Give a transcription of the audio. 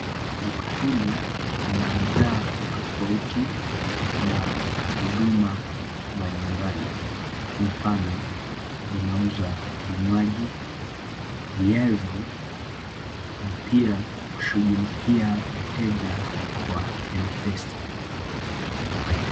Duka hili lina bidhaa tofauti na huduma mbalimbali, kwa mfano inauza vinywaji ,viazi na pia kushughlikia wateja kwa M-Pesa .